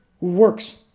works